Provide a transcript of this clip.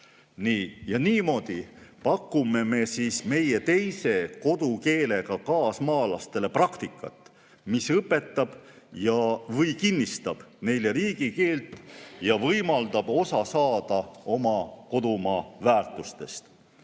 Niimoodi pakume me meie teise kodukeelega kaasmaalastele praktikat, mis õpetab või kinnistab neile riigikeelt ja võimaldab osa saada oma kodumaa väärtustest.